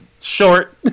short